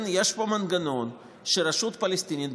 יש פה מנגנון שבו הרשות הפלסטינית,